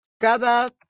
cada